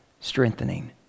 strengthening